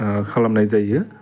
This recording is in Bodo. खालामनाय जायो